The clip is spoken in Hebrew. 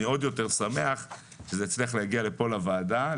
אני עוד יותר שמח שזה הצליח להגיע לוועדה הזאת,